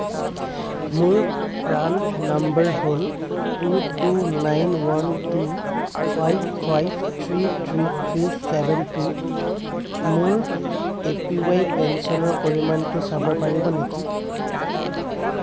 মোৰ PRAN number হ'ল two two nine one two five five three three three seven two মোৰ A P Y পেঞ্চনৰ পৰিমাণটো চাব পাৰিবনে